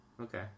Okay